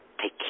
take